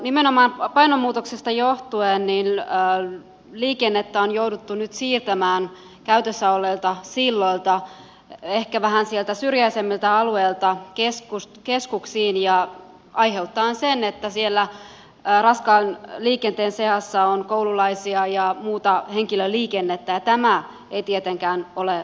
nimenomaan painomuutoksesta johtuen liikennettä on jouduttu nyt siirtämään käytössä olleilta silloilta ehkä vähän sieltä syrjäisemmiltä alueilta keskuksiin aiheuttaen sen että siellä raskaan liikenteen seassa on koululaisia ja muuta henkilöliikennettä ja tämä ei tietenkään ole tarkoituksenmukaista